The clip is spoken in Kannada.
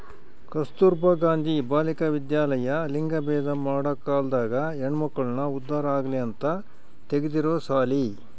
ಕಸ್ತುರ್ಭ ಗಾಂಧಿ ಬಾಲಿಕ ವಿದ್ಯಾಲಯ ಲಿಂಗಭೇದ ಮಾಡ ಕಾಲ್ದಾಗ ಹೆಣ್ಮಕ್ಳು ಉದ್ದಾರ ಆಗಲಿ ಅಂತ ತೆಗ್ದಿರೊ ಸಾಲಿ